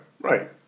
right